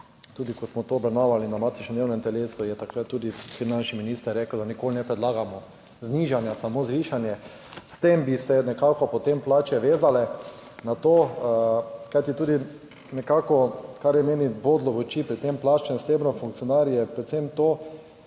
tudi ko smo to obravnavali na matičnem delovnem telesu, je takrat tudi finančni minister rekel, da nikoli ne predlagamo znižanja, samo zvišanje. S tem bi se nekako potem plače vezale na to, kajti tudi nekako, kar je mene zbodlo v oči pri tem plačnem stebru funkcionarjev, je predvsem to,